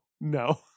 no